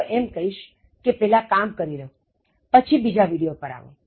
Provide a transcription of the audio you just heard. હું તો એમ કહીશ કે પહેલા કામ કરી લો પછી બીજા વિડિયો પર આવો